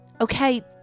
Okay